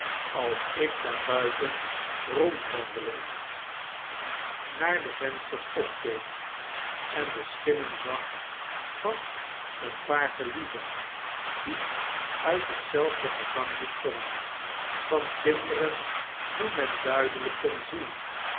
als ik daarbuiten rondwandelend naar de vensters opkeek en de schimmen zag van een paar gelieven die uit hetzelfde gezangboek zongen van kinderen die men duidelp kon zien